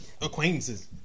Acquaintances